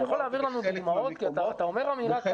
הזה בחלק מהמקומות --- אתה אומר אמירה קשה,